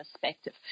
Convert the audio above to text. perspective